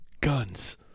guns